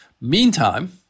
Meantime